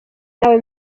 nawe